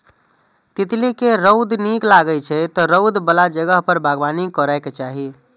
तितली कें रौद नीक लागै छै, तें रौद बला जगह पर बागबानी करैके चाही